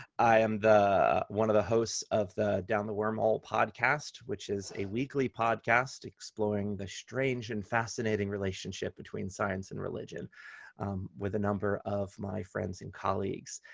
i am one of the hosts of the down the wormhole podcast, which is a weekly podcast exploring the strange and fascinating relationship between science and religion with a number of my friends and colleagues.